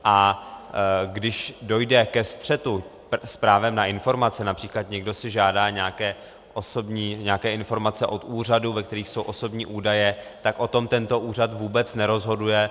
A když dojde ke střetu s právem na informace, například někdo si žádá nějaké informace od úřadu, ve kterých jsou osobní údaje, tak o tom tento úřad vůbec nerozhoduje.